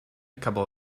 couple